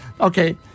Okay